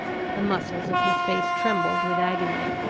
the muscles of his face trembled with agony,